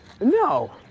No